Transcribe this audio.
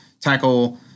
tackle